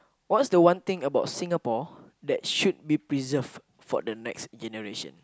what was the one thing about Singapore that should be preserved for the next generation